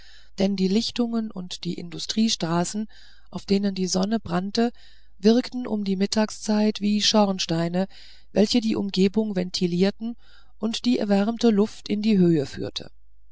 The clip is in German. denn die lichtungen und die industriestraßen auf denen die sonne brannte wirkten um die mittagszeit wie schornsteine welche die umgebung ventilierten und die erwärmte luft in die höhe führten